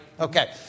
Okay